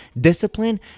discipline